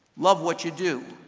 love what you do,